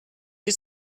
you